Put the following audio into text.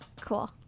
Cool